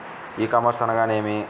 ఈ కామర్స్ అనగానేమి?